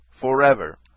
forever